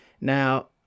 Now